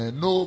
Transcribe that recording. no